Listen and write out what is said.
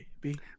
baby